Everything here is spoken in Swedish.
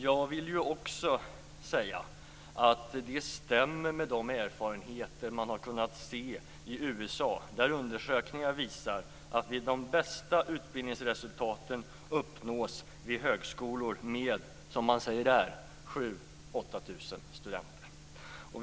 Jag vill också säga att det stämmer med de erfarenheter som man har kunnat se i USA där undersökningar visar att de bästa utbildningsresultaten uppnås vid högskolor med 7 000-8 000 studenter.